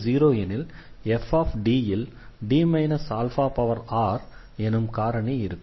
fa0 எனில் f ல் D arஎனும் காரணி இருக்கும்